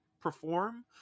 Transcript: perform